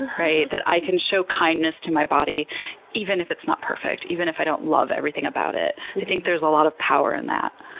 that i can show kindness to my body even if it's not perfect, even if i don't love everything about it. i think there's a lot of power in that.